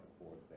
forward